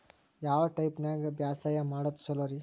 ಯಾವ ಟೈಪ್ ನ್ಯಾಗ ಬ್ಯಾಸಾಯಾ ಮಾಡೊದ್ ಛಲೋರಿ?